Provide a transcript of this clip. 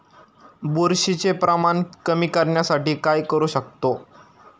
बुरशीचे प्रमाण कमी करण्यासाठी काय करू शकतो?